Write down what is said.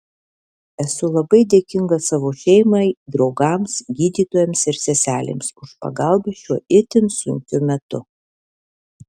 esu labai dėkinga savo šeimai draugams gydytojams ir seselėms už pagalbą šiuo itin sunkiu metu